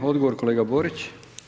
Odgovor kolega Borić.